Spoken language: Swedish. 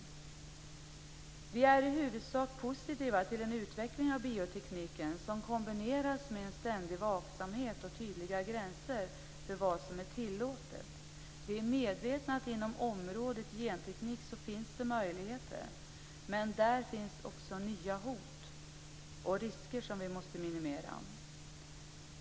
Vi i Centerpartiet är i huvudsak positiva till en utveckling av biotekniken som kombineras med en ständig vaksamhet och tydliga gränser för vad som är tillåtet. Vi är medvetna om att det inom området genteknik finns möjligheter, men där finns också nya hot och risker som vi måste minimera.